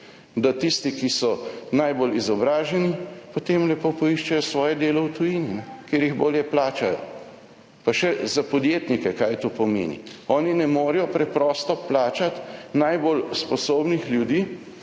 Da tisti, ki so najbolj izobraženi, potem lepo poiščejo svoje delo v tujini, kjer jih bolje plačajo. Pa še za podjetnike, kaj to pomeni - oni ne morejo preprosto plačati najbolj sposobnih ljudi